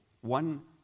one